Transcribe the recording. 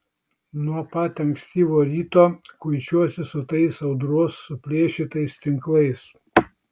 nuo pat ankstyvo ryto kuičiuosi su tais audros suplėšytais tinklais